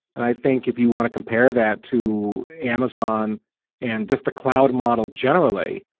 and i think if you want to compare that to amazon and just the cloud model generally,